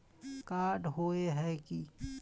Card होय है की?